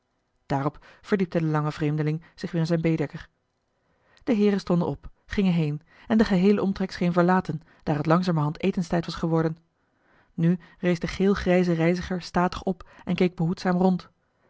verdiepte de lange vreemdeling zich weer in zijn baedeker eli heimans willem roda de heeren stonden op gingen heen en de geheele omtrek scheen verlaten daar het langzamerhand etenstijd was geworden nu rees de geelgrijze reiziger statig op en keek behoedzaam rond